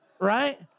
right